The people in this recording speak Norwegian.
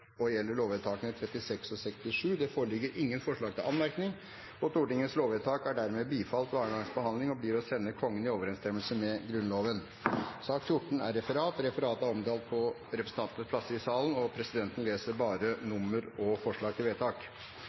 og gjelder lovvedtakene 36 og 37. Det foreligger ingen forslag til anmerkninger til noen av sakene. Stortingets lovvedtak er dermed bifalt ved andre gangs behandling og blir å sende Kongen i overensstemmelse med Grunnloven. Dermed er dagens kart ferdigbehandlet. Forlanger noen ordet før møtet heves? Så har ikke skjedd. – Møtet er